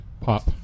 Pop